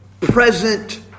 present